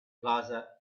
plaza